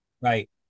Right